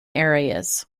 areas